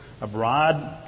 abroad